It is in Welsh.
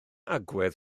agwedd